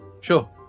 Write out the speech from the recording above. sure